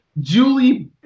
Julie